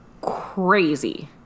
crazy